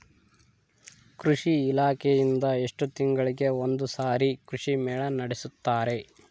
ಕೃಷಿ ಇಲಾಖೆಯಿಂದ ಎಷ್ಟು ತಿಂಗಳಿಗೆ ಒಂದುಸಾರಿ ಕೃಷಿ ಮೇಳ ನಡೆಸುತ್ತಾರೆ?